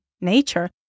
nature